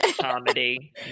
comedy